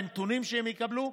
בנתונים שהם יקבלו.